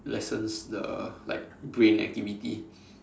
lessens the like brain activity